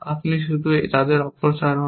আপনি শুধু তাদের অপসারণ